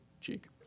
cheek